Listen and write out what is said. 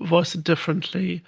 voice differently.